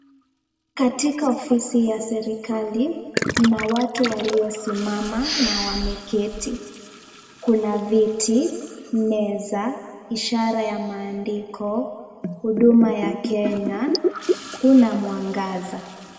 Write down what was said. Katika ofisi ya serikali, mna watu walio simama na wameketi. Kuna viti, meza, ishara ya maandiko, huduma ya kenya, kuna mwangaza.